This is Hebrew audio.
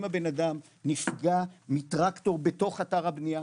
אם הבנאדם נפגע מטרקטור בתוך אתר הבנייה,